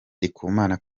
ndikumana